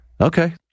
Okay